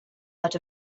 not